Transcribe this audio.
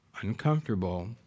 Uncomfortable